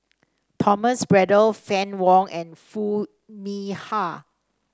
Thomas Braddell Fann Wong and Foo Mee Har